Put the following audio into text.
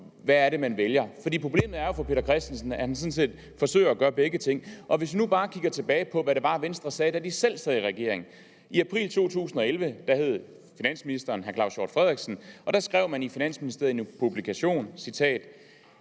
hvad man vælger. Problemet for hr. Peter Christensen er, at han sådan set forsøger at gøre begge ting. Vi kan bare kigge tilbage på, hvad Venstre sagde, da partiet selv sad i regering. I april 2011 hed finansministeren Claus Hjort Frederiksen, og da skrev man i Finansministeriet en publikation, hvori